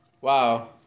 Wow